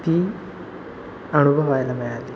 ती अनुभवायला मिळाली